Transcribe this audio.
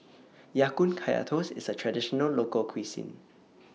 Ya Kun Kaya Toast IS A Traditional Local Cuisine